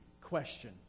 question